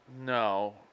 no